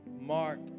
Mark